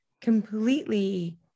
completely